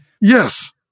Yes